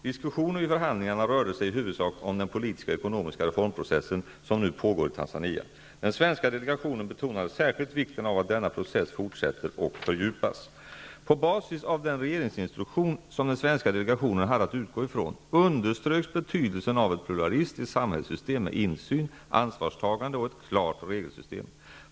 Diskussionen vid förhandlingarna rörde sig i huvudsak om den politiska och ekonomiska reformprocess som nu pågår i Tanzania. Den svenska delegationen betonade särskilt vikten av att denna process fortsätter och fördjupas. På basis av den regeringsinstruktion som den svenska delegationen hade att utgå ifrån underströks betydelsen av ett pluralistiskt samhällssystem med insyn, ansvarstagande och ett klart regelsystem.